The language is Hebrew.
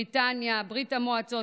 בריטניה וברית המועצות,